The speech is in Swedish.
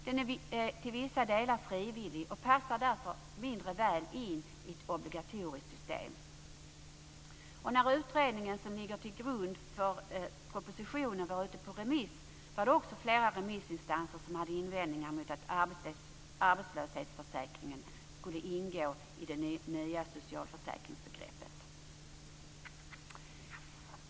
Den är till vissa delar frivillig och passar därför mindre väl in i ett obligatoriskt system. När utredningen som ligger till grund för propositionen var ute på remiss hade också flera remissinstanser invändningar mot att arbetslöshetsförsäkringen skulle ingå i det nya socialförsäkringsbegreppet.